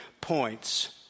points